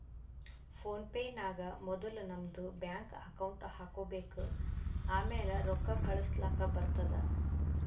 phone pay ನಾಗ್ ಮೊದುಲ್ ನಮ್ದು ಬ್ಯಾಂಕ್ ಅಕೌಂಟ್ ಹಾಕೊಬೇಕ್ ಆಮ್ಯಾಲ ರೊಕ್ಕಾ ಕಳುಸ್ಲಾಕ್ ಬರ್ತುದ್